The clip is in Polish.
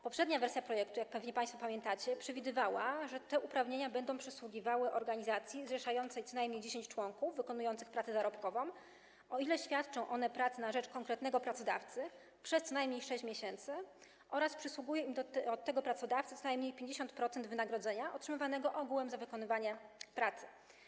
Poprzednia wersja projektu, jak pewnie państwo pamiętacie, przewidywała, że te uprawnienia będą przysługiwały organizacji zrzeszającej co najmniej 10 członków wykonujących pracę zarobkową, o ile świadczą oni pracę na rzecz konkretnego pracodawcy przez co najmniej 6 miesięcy oraz przysługuje im od tego pracodawcy co najmniej 50% wynagrodzenia otrzymywanego ogółem za wykonywanie pracy.